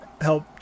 help